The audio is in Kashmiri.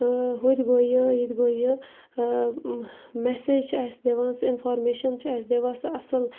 ہُتہِ گوٚو یہِ ییٚتہِ گوٚو یہِ مٮ۪سیج چھِ اَسہِ دِوان سُہ اِنفارمیشَن چھِ اَسہِ دِوان سۄ اَصٕل